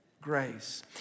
grace